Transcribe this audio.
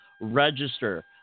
register